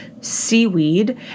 seaweed